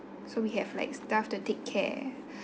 so we have like staff to take care